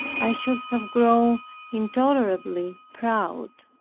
i should have grown intolerably proud.